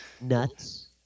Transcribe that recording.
nuts